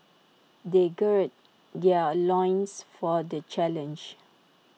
they gird their loins for the challenge